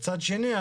מצד שני,